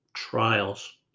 trials